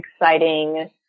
exciting